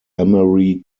emery